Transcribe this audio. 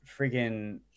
freaking